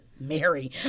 Mary